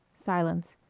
silence.